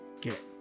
get